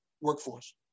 workforce